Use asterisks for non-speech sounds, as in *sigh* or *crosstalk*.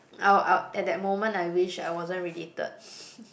I'll I'll at that moment I wished I wasn't related *laughs*